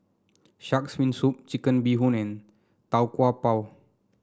shark's fin soup Chicken Bee Hoon and Tau Kwa Pau